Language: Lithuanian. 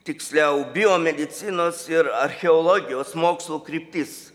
tiksliau biomedicinos ir archeologijos mokslų kryptis